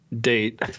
Date